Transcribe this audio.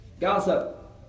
Gossip